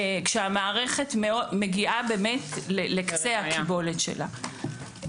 כשהמערכת מגיעה באמת לקצה הקיבולת שלה.